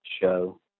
show